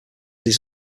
his